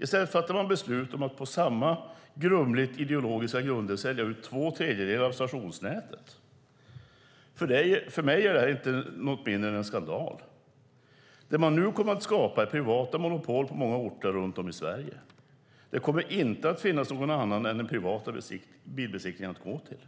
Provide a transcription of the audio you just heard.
I stället fattar regeringen beslut om att på samma grumliga ideologiska grunder sälja ut två tredjedelar av stationsnätet. För mig är detta inget mindre än en skandal. Det man nu kommer att skapa är privata monopol på många orter runt om i Sverige. Det kommer inte att finnas någon annan än den privata bilbesiktningen att gå till.